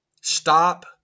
Stop